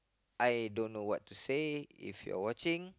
I don't know what to say if you are watching